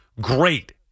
great